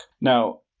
Now